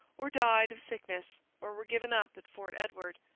or died of sickness, or were given up at fort edward,